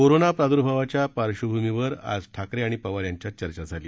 corona प्रादुर्भावाच्या पार्श्वभूमीवर आज ठाकरे आणि पवार यांच्यात चर्चा झाली